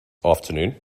afternoon